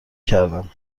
کردم